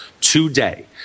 today